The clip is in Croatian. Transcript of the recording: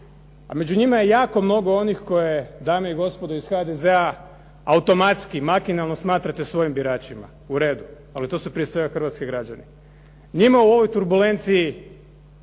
a među njima je jako mnogo onih koje dame i gospodo iz HDZ-a automatski makinalno smatrate svojim biračima. U redu, ali to su prije svega hrvatski građani. Njima u ovoj turbulenciji